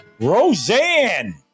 roseanne